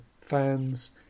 fans